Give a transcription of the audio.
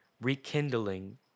rekindling